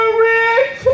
rich